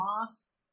mass